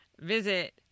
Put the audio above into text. Visit